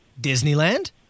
Disneyland